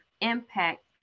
impact